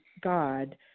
God